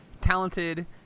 talented